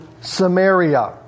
Samaria